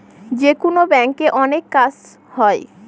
যেকোনো ব্যাঙ্কে অনেক কাজ হয়